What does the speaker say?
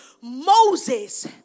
Moses